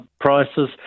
prices